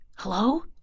Hello